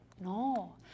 No